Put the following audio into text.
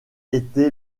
été